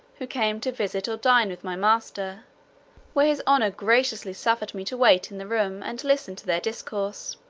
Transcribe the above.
who came to visit or dine with my master where his honour graciously suffered me to wait in the room, and listen to their discourse.